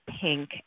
Pink